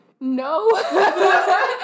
no